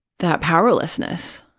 that powerlessness.